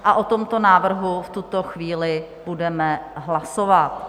O tomto návrhu v tuto chvíli budeme hlasovat.